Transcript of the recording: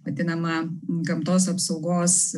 vadinama gamtos apsaugos